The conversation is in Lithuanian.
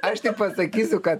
aš nepasakysiu kad